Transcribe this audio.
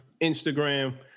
Instagram